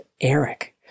Eric